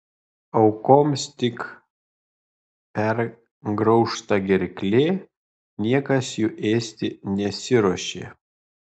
aukoms tik pergraužta gerklė niekas jų ėsti nesiruošė